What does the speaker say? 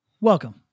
Welcome